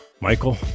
Michael